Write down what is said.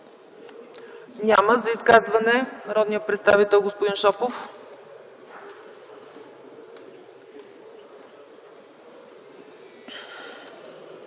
Няма. За изказване – народният представител господин Шопов.